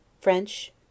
French